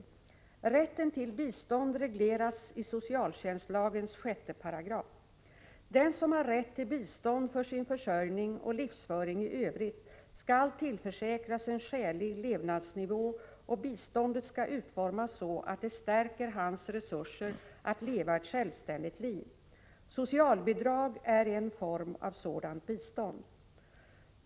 Rätten till bistånd regleras i socialtjänstlagens 6 §. Den som har rätt till bistånd för sin försörjning och livsföring i övrigt skall tillförsäkras en skälig levnadsnivå, och biståndet skall utformas så att det stärker hans resurser att leva ett självständigt liv. Socialbidrag är en form av sådant bistånd.